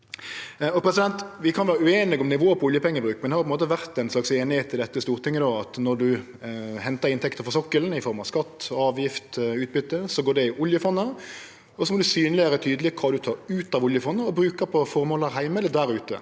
i Noreg. Vi kan vere ueinige om nivået på oljepengebruk, men det har vore ein slags einigheit i dette Stortinget om at når ein hentar inntekter frå sokkelen i form av skatt, avgifter og utbytte, då går det i oljefondet, og så må ein synleggjere tydeleg kva ein tek ut av oljefondet og brukar på formål her heime eller der ute.